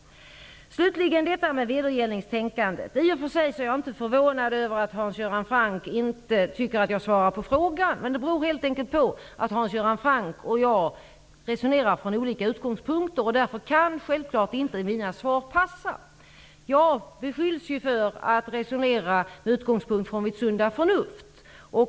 När det gäller vedergällningstänkandet vill jag slutligen säga att jag inte är förvånad över att Hans Göran Franck inte tycker att jag svarar på frågan. Det beror helt enkelt på att Hans Göran Franck och jag resonerar från olika utgångspunkter. Därför kan mina svar självklart inte passa. Jag beskylls ju för att resonera utifrån mitt sunda förnuft.